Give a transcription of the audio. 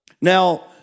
Now